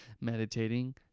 meditating